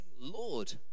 Lord